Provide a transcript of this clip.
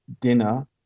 dinner